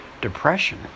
depression